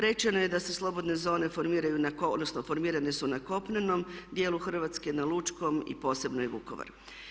Rečeno je da se slobodne zone formiraju odnosno formirane su na kopnenom dijelu Hrvatske, na lučkom i posebno Vukovaru.